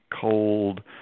cold